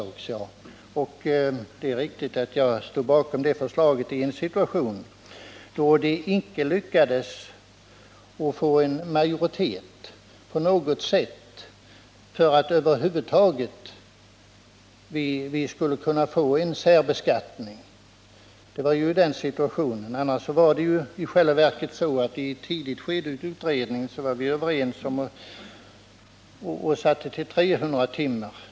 Det är riktigt att jag stod bakom det förslaget, men det var i en situation då vi inte lyckades få majoritet för en särbeskattning. Annars var det i själva verket så att i ett tidigt skede av utredningen var vi överens om att sätta upp 300 timmar.